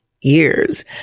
years